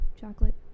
chocolate